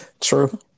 True